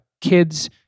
kids